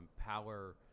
power